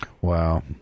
Wow